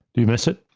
do you miss it?